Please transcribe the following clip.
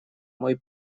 мой